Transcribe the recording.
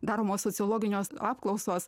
daromos sociologinios apklausos